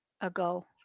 ago